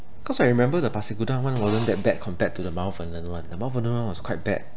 cause I remember the pasir gudang one wasn't that bad compared to the mount vernon one the mount vernon one was quite bad